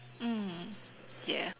mm ya